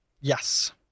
Yes